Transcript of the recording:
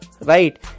right